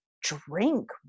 drink